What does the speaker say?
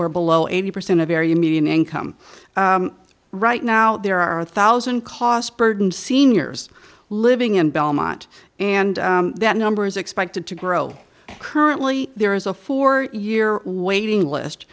or below eighty percent of area median income right now there are a thousand cost burden seniors living in belmont and that number is expected to grow currently there is a four year waiting list